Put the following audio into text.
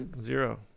zero